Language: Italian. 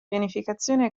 pianificazione